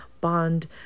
bond